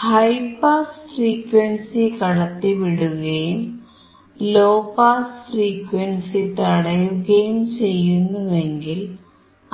high pass frequency കടത്തിവിടുകയും low pass frequency തടയുകയും ചെയ്യുന്നുവെങ്കിൽ